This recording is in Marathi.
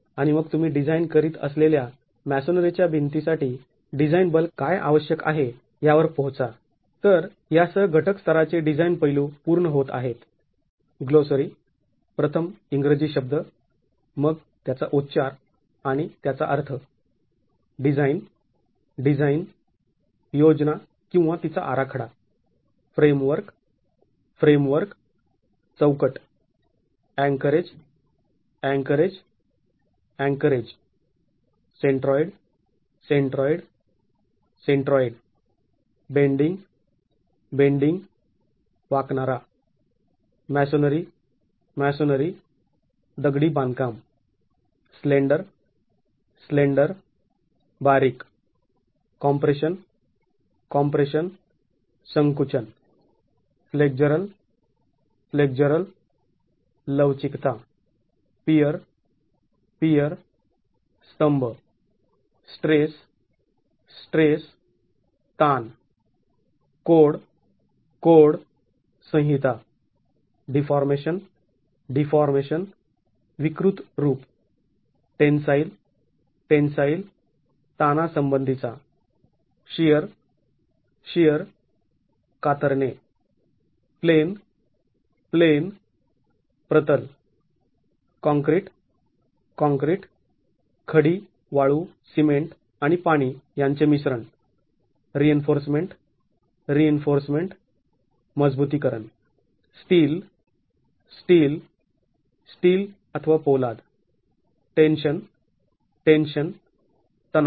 आणि मग तुम्ही डिझाईन करीत असलेल्या मॅसोनरीच्या भिंती साठी डिझाईन बल काय आवश्यक आहे यावर पोहोचा